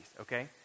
Okay